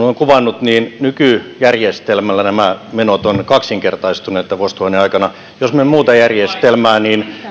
olen kuvannut nykyjärjestelmällä nämä menot ovat kaksinkertaistuneet tämän vuosituhannen aikana jos me emme muuta järjestelmää niin